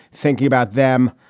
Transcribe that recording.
thinking about them.